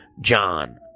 John